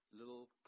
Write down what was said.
little